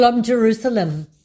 Jerusalem